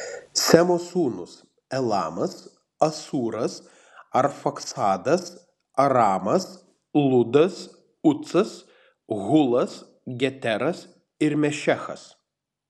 semo sūnūs elamas asūras arfaksadas aramas ludas ucas hulas geteras ir mešechas